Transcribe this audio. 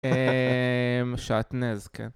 אהההם, שעטנז, כן.